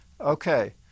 Okay